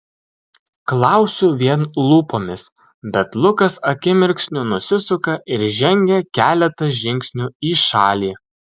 klausiu vien lūpomis bet lukas akimirksniu nusisuka ir žengia keletą žingsnių į šalį